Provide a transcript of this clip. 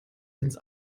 ins